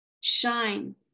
Shine